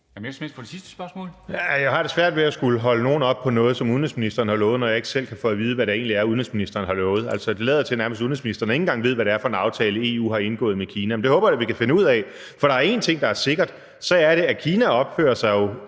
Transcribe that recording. ved at skulle holde nogen op på noget, som udenrigsministeren har lovet, når jeg ikke selv kan få at vide, hvad det egentlig er, udenrigsministeren har lovet. Det lader til, at udenrigsministeren nærmest ikke engang ved, hvad det er for en aftale, EU har indgået med Kina. Men det håber jeg vi kan finde ud af. For er der en ting, der er sikker, så er det, at Kina jo opfører sig